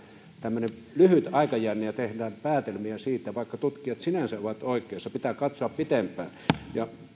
tämmöinen lyhyt aikajänne ja tehdään päätelmiä siitä vaikka tutkijat sinänsä ovat oikeassa pitää katsoa pitempään